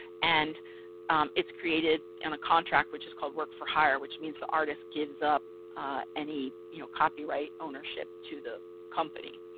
and it's created in a contract which is called work for hire, which means the artist gives up any you know copyright ownership to the company.